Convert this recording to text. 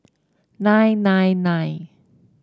nine nine nine